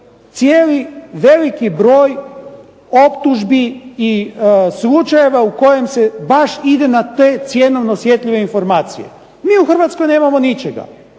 cijeli veliki broj optužbi i slučajeva u kojem se baš ide na te cjenovno osjetljive informacije. Mi u Hrvatskoj nemamo ničega.